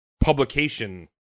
publication